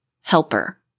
helper